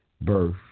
birth